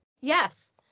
Yes